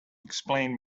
explain